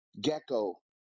Gecko